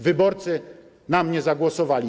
Wyborcy na mnie zagłosowali.